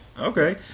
okay